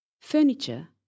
furniture